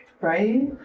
Right